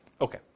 Okay